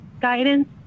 guidance